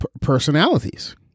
personalities